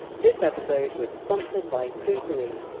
this episode was sponsored by poo-pourri,